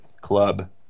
club